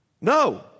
No